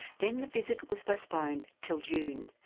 then the visit was postponed till june,